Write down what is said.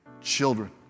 children